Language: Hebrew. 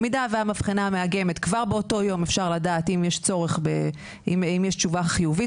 במידה והמבחנה המאגמת כבר באותו יום אפשר לדעת אם יש תשובה חיובית,